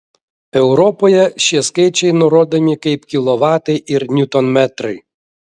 europoje šie skaičiai nurodomi kaip kilovatai ir niutonmetrai